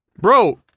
bro